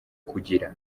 kugira